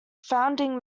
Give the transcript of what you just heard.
founding